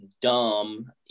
dumb